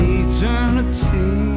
eternity